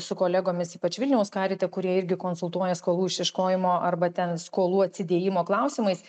su kolegomis ypač vilniaus karite kurie irgi konsultuoja skolų išieškojimo arba ten skolų atsidėjimo klausimais